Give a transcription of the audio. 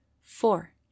Four